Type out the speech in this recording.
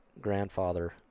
grandfather